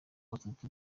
batatu